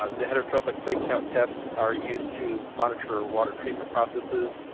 ah the heterotrophic plate count tests are used to monitor water treatment processes,